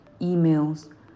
emails